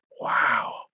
wow